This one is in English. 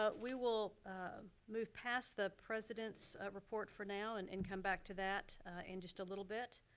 ah we will move past the president's report for now and and come back to that in just a little bit.